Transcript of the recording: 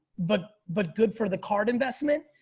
but but good for the card investment.